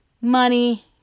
money